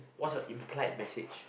what's your implied message